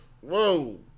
Whoa